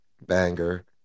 Banger